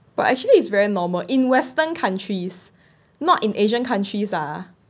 but actually is very normal in western countries not in asian countries ah